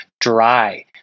dry